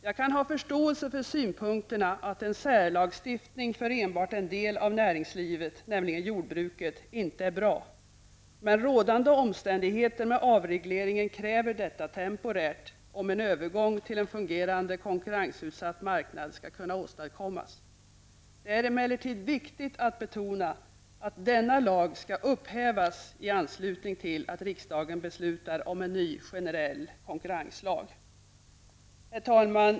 Jag kan ha förståelse för synpunkterna att en särlagstiftning för enbart en del av näringslivet, nämligen jordbruksområdet, inte är bra. Men rådande omständigheter med avregleringen kräver detta temporärt, om en övergång till en fungerande konkurrensutsatt marknad skall kunna åstadkommas. Det är emellertid viktigt att betona att denna lag skall upphävas i anslutning till att riksdagen beslutar om en ny generell konkurrenslag. Herr talman!